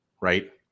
right